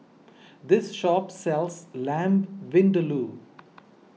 this shop sells Lamb Vindaloo